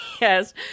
Yes